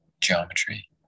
geometry